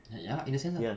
ya in a sense ah